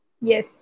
yes